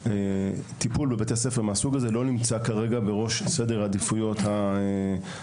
טיפול בבתי ספר כאלה לא נמצא בראש סדר העדיפויות האכיפתי.